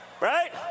right